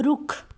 ਰੁੱਖ